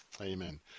amen